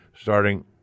starting